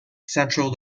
central